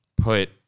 put